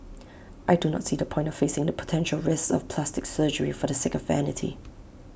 I do not see the point of facing the potential risks of plastic surgery for the sake of vanity